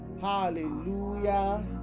Hallelujah